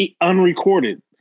unrecorded